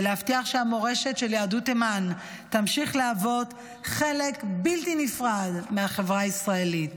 שהמורשת של יהדות תימן תמשיך להוות חלק בלתי נפרד מהחברה הישראלית.